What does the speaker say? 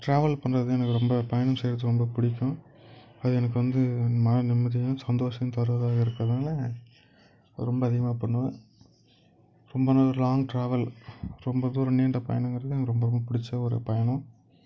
travel பண்ணுறது எனக்கு ரொம்ப பயணம் செய்கிறது ரொம்ப பிடிக்கும் அது எனக்கு வந்து மன நிம்மதியையும் சந்தோஷம் தருவதாக இருக்கிறதால ரொம்ப அதிகமாக பண்ணுவேன் ரொம்ப நாள் லாங் ட்ராவல் ரொம்ப தூரம் நீண்ட பயணங்கிறது எனக்கு ரொம்ப பிடிச்ச ஒரு பயணம்